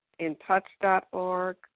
intouch.org